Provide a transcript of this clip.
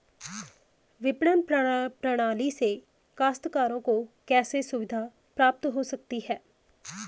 विपणन प्रणाली से काश्तकारों को कैसे सुविधा प्राप्त हो सकती है?